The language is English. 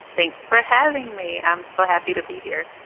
thanks for having me. i'm so happy to be here.